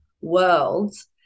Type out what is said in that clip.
worlds